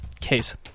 case